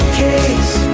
case